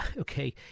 okay